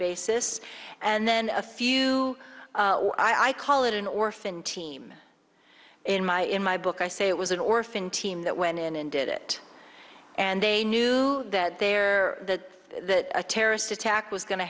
basis and then a few i call it an orphan team in my in my book i say it was an orphan team that went in and did it and they knew that their the a terrorist attack was going to